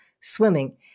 swimming